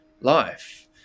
life